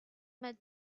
met